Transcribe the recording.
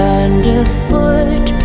underfoot